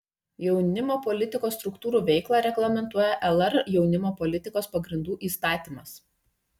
jaunimo politikos struktūrų veiklą reglamentuoja lr jaunimo politikos pagrindų įstatymas